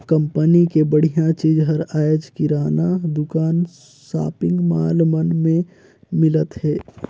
company के बड़िहा चीज हर आयज किराना दुकान, सॉपिंग मॉल मन में मिलत हे